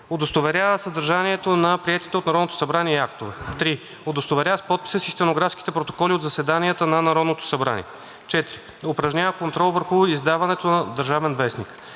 удостоверява съдържанието на приетите от Народното събрание актове; 3. удостоверява с подписа си стенографските протоколи от заседанията на Народното събрание; 4. упражнява контрол върху издаването на „Държавен вестник“;